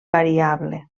variable